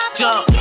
jump